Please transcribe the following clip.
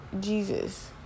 Jesus